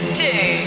two